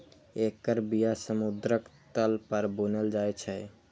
एकर बिया समुद्रक तल पर बुनल जाइ छै